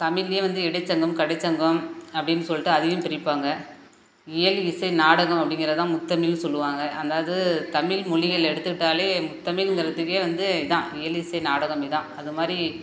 தமிழ்லையே வந்து இடை சங்கம் கடை சங்கம் அப்படினு சொல்லிவிட்டு அதையும் பிரிப்பாங்க இயல் இசை நாடகம் அப்படிங்கிறது தான் முத்தமிழ்னு சொல்லுவாங்க அதாவது தமிழ் மொழிகள்ல எடுத்துகிட்டாலே முத்தமிழ்ங்கிறதுக்கே வந்து இதான் இயல் இசை நாடகம் இதான் அது மாதிரி